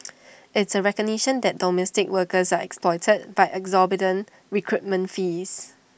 it's A recognition that domestic workers are exploited by exorbitant recruitment fees